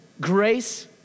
grace